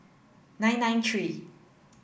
nine nine three